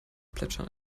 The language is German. plätschern